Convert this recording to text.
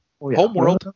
homeworld